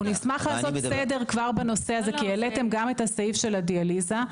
אנחנו נשמח לעשות סדר כבר בנושא הזה כי העליתם גם את הסעיף של הדיאליזה.